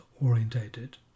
orientated